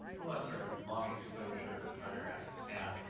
almost sort of long-exposure photographs of sound,